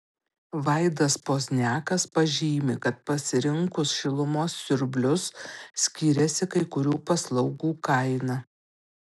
vaidas pozniakas pažymi kad pasirinkus šilumos siurblius skiriasi kai kurių paslaugų kaina